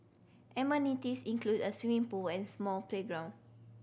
amenities include a swimming pool and small playground